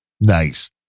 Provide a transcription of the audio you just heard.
Nice